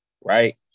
Right